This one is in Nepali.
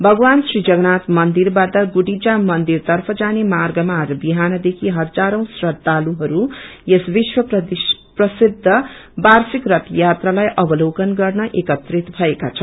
भगवान श्री जगन्नाथ मन्दिरबाट गुड़िचा मन्दिर तफ जाने मार्गमा आज बिहानदेखि हजारौं श्रदालु यस विश्व प्रसिद्ध वार्षिक रथ यात्रालाई अवलोकन गर्न एकत्रित भएका छन्